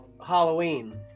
Halloween